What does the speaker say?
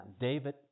David